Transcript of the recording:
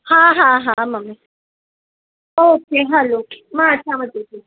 हा हा हा मम्मी ओके हलो मां अचांव थी